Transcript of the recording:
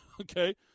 okay